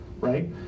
right